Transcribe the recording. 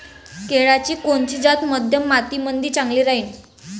केळाची कोनची जात मध्यम मातीमंदी चांगली राहिन?